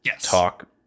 talk